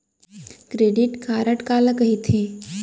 Credit card काला कहिथे?